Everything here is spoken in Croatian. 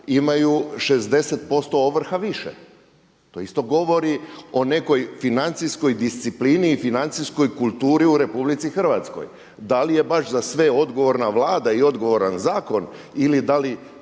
imaju 60% ovrha više. To isto govori o nekoj financijskoj disciplini i financijskoj kulturi u Republici Hrvatskoj. Da li je baš za sve odgovorna Vlada i odgovoran zakon ili da li